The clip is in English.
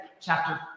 chapter